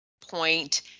point